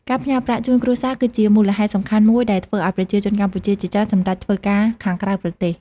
ការផ្ញើប្រាក់ជូនគ្រួសារគឺជាមូលហេតុសំខាន់មួយដែលធ្វើឱ្យប្រជាជនកម្ពុជាជាច្រើនសម្រេចចិត្តធ្វើការខាងក្រៅប្រទេស។